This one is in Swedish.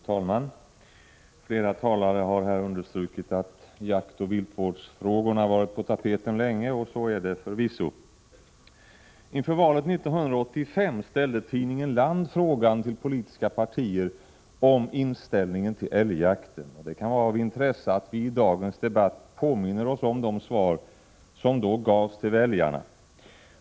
Fru talman! Flera talare har understrukit att jaktoch viltvårdsfrågorna har varit på tapeten länge, och så är det förvisso. Inför valet 1985 ställde tidningen Land frågan till olika politiska partier om inställningen till älgjakten. Det kan vara av intresse att vi i dagens debatt påminner oss om de svar som då gavs till väljarna.